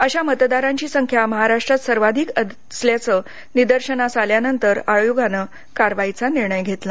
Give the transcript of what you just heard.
अशा मतदारांची संख्या महाराष्ट्रात सर्वाधिक असल्याचं निदर्शनास आल्यानंतर आयोगानं कारवाईचा निर्णय घेतला